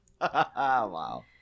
wow